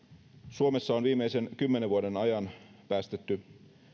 suomessa on viimeisen kymmenen vuoden ajan päästetty